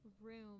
room